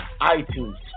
iTunes